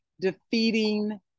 defeating